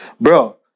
bro